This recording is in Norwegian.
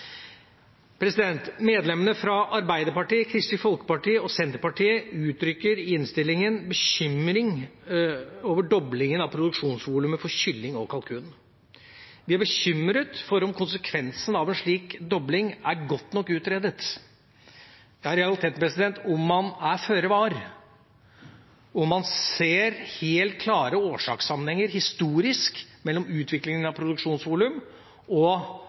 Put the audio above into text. Medlemmene fra Arbeiderpartiet, Kristelig Folkeparti og Senterpartiet uttrykker i innstillinga bekymring over doblinga av produksjonsvolumet for kylling og kalkun. Vi er bekymret for om konsekvensen av en slik dobling er godt nok utredet – ja i realiteten om man er føre var, og om man ser helt klare årsakssammenhenger historisk mellom utviklinga av produksjonsvolum og